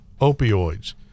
Opioids